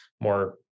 more